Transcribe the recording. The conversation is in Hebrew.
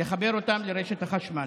לחבר אותם לרשת החשמל.